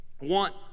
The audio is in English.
want